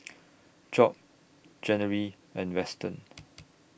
Job January and Weston